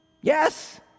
Yes